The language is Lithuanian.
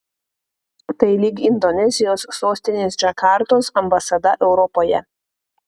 tai lyg indonezijos sostinės džakartos ambasada europoje